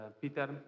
Peter